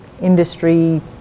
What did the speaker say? industry